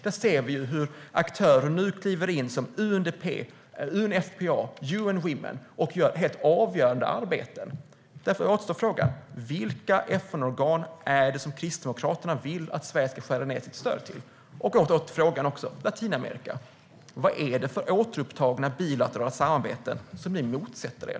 Där såg vi hur aktörer nu kliver in, som UNDP, UNFPA och UN Women, och gör helt avgörande arbeten. Därför återstår frågan: Vilka FN-organ är det som Kristdemokraterna vill att Sverige ska skära ned sitt stöd till? Och åter till frågan om Latinamerika: Vad är det för återupptagna bilaterala samarbeten som ni motsätter er?